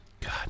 God